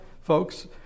folks